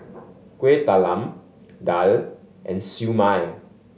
Kueh Talam daal and Siew Mai